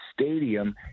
stadium